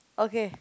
okay